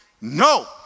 No